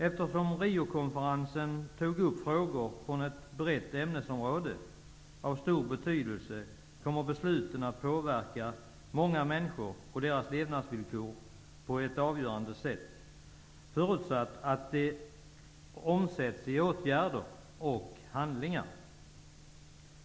Eftersom Riokonferensen tog upp frågor från ett brett och angeläget ämnesområde, kommer besluten att påverka många människor och deras levnadsvillkor på ett avgörande sätt, förutsatt att besluten omsätts i åtgärder och handlingar.